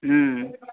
हुँ